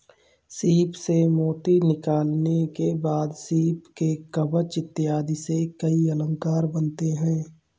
सीप से मोती निकालने के बाद सीप के कवच इत्यादि से कई अलंकार बनते हैं